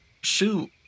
Shoot